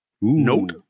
Note